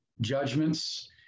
judgments